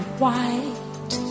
white